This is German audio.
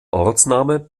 ortsname